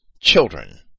children